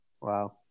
Wow